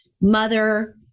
mother